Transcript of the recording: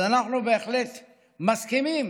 אז אנחנו בהחלט מסכימים